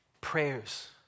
prayers